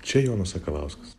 čia jonas sakalauskas